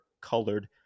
colored